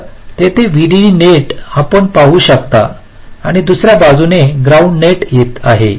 तर तेथे VDD net आपण पाहू शकता आणि दुसर्या बाजूने ग्राउंड नेट येत आहे